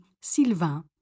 Sylvain